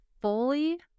Fully